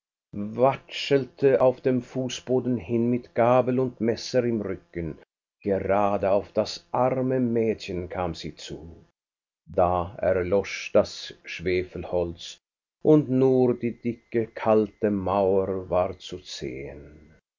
auf dem fußboden hin mit gabel und messer im rücken gerade auf das arme mädchen kam sie zu da erlosch das schwefelholz und nur die dicke kalte mauer war zu sehen